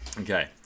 Okay